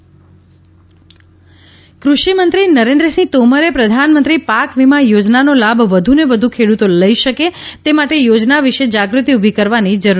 પાકવીમા યોજના કૃષિમંત્રી નરેન્દ્રસિંહ તોમરે પ્રધાનમંત્રી પાક વીમા યોજનાનો લાભ વધુને વધુ ખેડૂતો લઇ શકે તે માટે યોજના વિશે જાગૃતિ ઉભી કરવાની જરૂર જણાવી છે